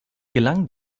gelang